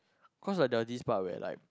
cause like there was this part where like